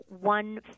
one